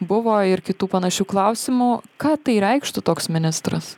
buvo ir kitų panašių klausimų ką tai reikštų toks ministras